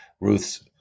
Ruth's